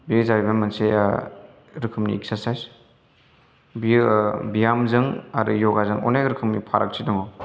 बे जाहैबाय मोनसे रोखोमनि एक्सारसाइस ब्यामजों आरो य'गाजों अनेक रोखोमनि फारागथि दङ